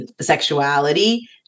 sexuality